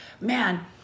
man